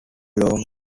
long